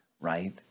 right